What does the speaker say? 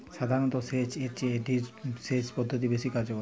সাধারণ সেচ এর চেয়ে ড্রিপ সেচ পদ্ধতি বেশি কার্যকর